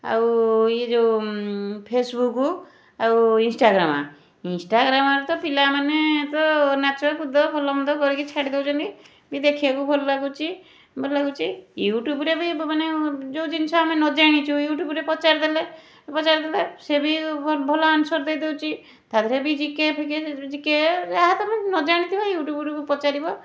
ଆଉ ଇଏ ଯେଉଁ ଫେସବୁକ୍ ଆଉ ଇନ୍ସଟାଗ୍ରାମ୍ ଇନ୍ସଟାଗ୍ରାମ୍ରେ ତ ପିଲାମାନେ ତ ନାଚକୁଦ ଭଲ ମନ୍ଦ କରିକି ଛାଡ଼ିଦେଉଛନ୍ତି ବି ଦେଖିବାକୁ ଭଲଲାଗୁଛି ଭଲ ଲାଗୁଛି ୟୁଟ୍ୟୁବ୍ରେ ବି ମାନେ ଯେଉଁ ଜିନିଷ ଆମେ ନ ଜାଣିଛୁ ୟୁଟ୍ୟୁବ୍ରେ ପଚାରି ଦେଲେ ପଚାରି ଦେଲେ ସେ ବି ଭଲ ଆନ୍ସର ଦେଇଦେଉଛି ତା' ଦେହରେ ବି ଜିକେଫିକେ ଜି କେ ଯାହା ତୁମେ ନଜାଣିଥିବ ତ ୟୁଟ୍ୟୁବ୍ରୁ ପଚାରିବ